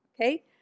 Okay